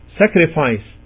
sacrifice